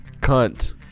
Cunt